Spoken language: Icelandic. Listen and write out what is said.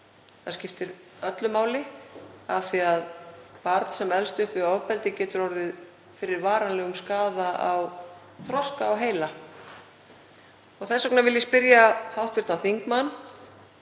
Það skiptir öllu máli af því að barn sem elst upp við ofbeldi getur orðið fyrir varanlegum skaða á þroska og heila. Þess vegna vil ég spyrja hv. þingmann